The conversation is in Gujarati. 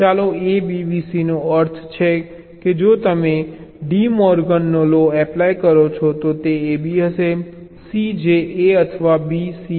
ચાલો abvc નો અર્થ છે કે જો તમે ડી મોર્ગન લો એપ્લાય કરો છો તો તે ab હશે c જે a અથવા b c હશે